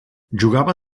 jugava